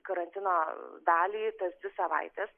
karantino dalį tas dvi savaites